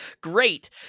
Great